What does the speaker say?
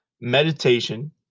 meditation